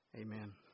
amen